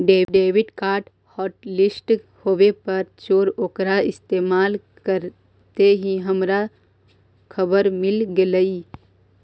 debit card hotlist होवे पर चोर ओकरा इस्तेमाल करते ही हमारा खबर मिल गेलई